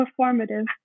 performative